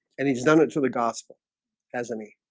and he's done it to the gospel as a me